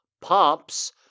pumps